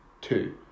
two